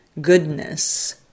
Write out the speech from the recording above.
goodness